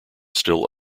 still